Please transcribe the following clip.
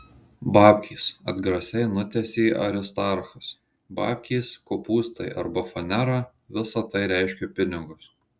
babkės atgrasiai nutęsė aristarchas babkės kopūstai arba fanera visa tai reiškia pinigus